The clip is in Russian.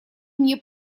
мне